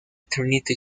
trinity